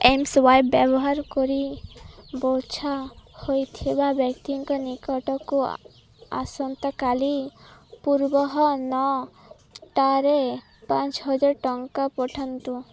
M swipe ବ୍ୟବହାର କରି ବଛା ହୋଇଥିବା ବ୍ୟକ୍ତିଙ୍କ ନିକଟକୁ ଆସନ୍ତାକାଲି ପୂର୍ବାହ୍ନ ନଅଟାରେ ପାଞ୍ଚହଜାର ଟଙ୍କା ପଠାନ୍ତୁ